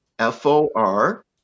F-O-R